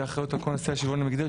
שאחראיות על כל נושא השוויון המגדרי,